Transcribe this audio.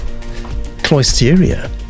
Cloisteria